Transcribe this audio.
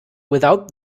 without